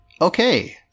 Okay